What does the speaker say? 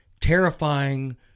terrifying